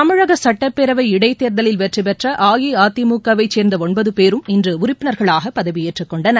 தமிழக சட்டப்பேரவை இடைத்தேர்தலில் வெற்றிபெற்ற அஇஅதிமுகவைச் சேர்ந்த ஒன்பது பேரும் இன்று உறுப்பினர்களாக பதவியேற்றுக் கொண்டனர்